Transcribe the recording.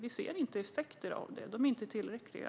Vi ser inte effekter av dem; de är inte tillräckliga.